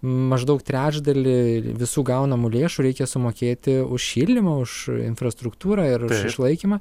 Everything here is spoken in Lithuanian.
maždaug trečdalį visų gaunamų lėšų reikia sumokėti už šildymą už infrastruktūrą ir išlaikymą